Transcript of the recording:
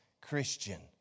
Christian